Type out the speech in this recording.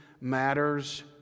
matters